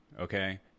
okay